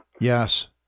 Yes